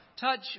Touch